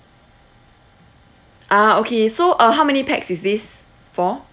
ah okay so uh how many pax is this for